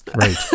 Right